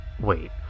Wait